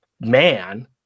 man